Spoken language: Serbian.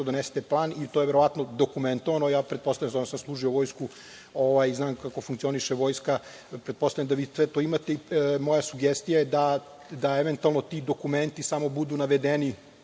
donesete plan i to je verovatno dokumentovano, a ja pretpostavljam, služio sam vojsku, znam kako funkcioniše vojska, pretpostavljam da vi sve to imate i moja sugestija je da eventualno ti dokumenti samo budu navedeni